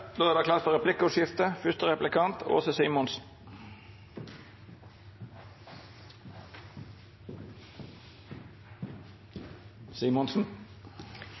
Då er det klart for replikkordskifte.